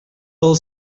del